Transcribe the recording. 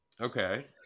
Okay